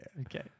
Okay